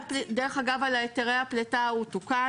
דרך אגב, היתרי הפליטה הוא תוקן.